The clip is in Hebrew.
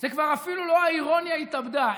זו כבר אפילו לא האירוניה התאבדה.